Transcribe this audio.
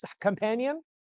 companion